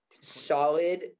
solid